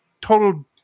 total